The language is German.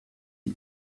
die